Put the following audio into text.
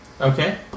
Okay